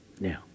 Now